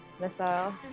missile